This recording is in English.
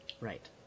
Right